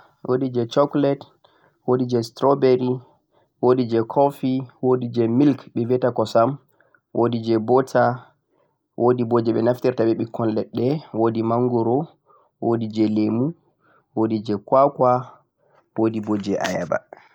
wodi je vanilla, wodi je chocolate, wodi je strawberry, coffee, butter, wodi je ɓekkon leɗɗe, mangoro, lemu, kwakwa wodibo je Ayaba.